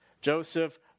Joseph